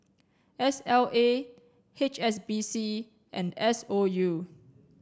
S L A H S B C and S O U